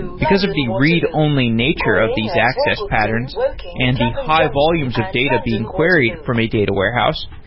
because of the read only nature of these access patterns and the high-volumes of data being queried from a data warehouse,